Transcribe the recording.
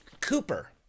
Cooper